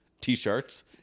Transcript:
T-shirts